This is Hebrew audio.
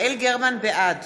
בעד